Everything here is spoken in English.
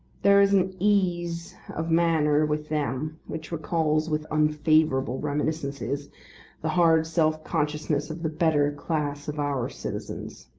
there is an ease of manner with them which recalls with unfavourable reminiscences the hard self-consciousness of the better class of our citizens.